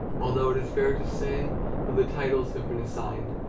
although it is fair to say that the titles have been assigned,